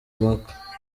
maka